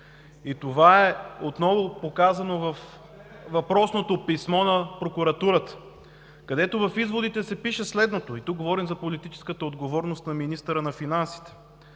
и това е отново показано във въпросното писмо на прокуратурата, където в изводите се пише следното. И тук говорим за политическата отговорност на министъра на финансите.